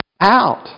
out